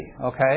okay